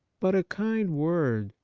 but a kind word,